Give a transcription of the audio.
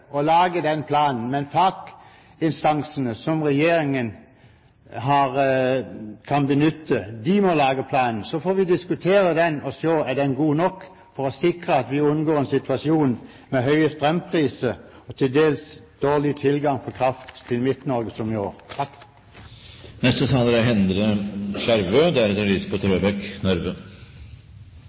å lage den planen, men faginstansene som regjeringen kan benytte, må lage planen. Så får vi diskutere den og se om den er god nok for å sikre at vi unngår en situasjon med høye strømpriser og til dels dårlig tilgang på kraft til Midt-Norge, som i år. Som nordtrønder synes jeg det er veldig frustrerende å